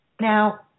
now